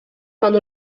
pan